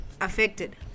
affected